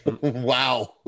Wow